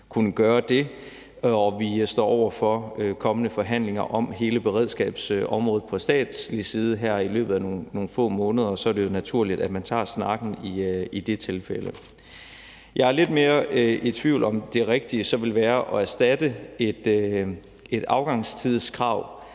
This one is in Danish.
kunne gøre det, og vi står over for kommende forhandlinger om hele beredskabsområdet fra statslig side her i løbet af nogle få måneder, og så er det jo naturligt, at man tager snakken i det tilfælde. Jeg er lidt mere i tvivl om, om det rigtige så vil være at erstatte et afgangstidskrav